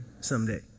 someday